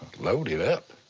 load it up.